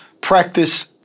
practice